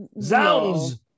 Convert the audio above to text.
Zounds